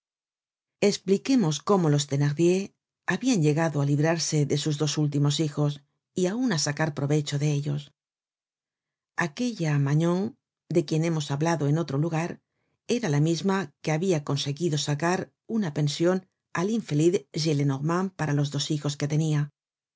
espliquemos cómo los thenardier habian llegado á librarse de sus dos últimos hijos y aun k sacar provecho de ellos aquella magnon de quien hemos hablado en otro lugar era la misma que habia conseguido sacar una pension al infeliz gillenormand paralos dos hijos que tenia